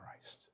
Christ